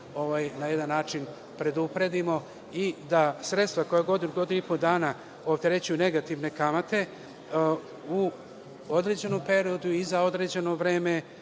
na jedan način predupredimo i da sredstva koja godinu, godinu i po dana opterećuju negativne kamate u određenom periodu i za određeno vreme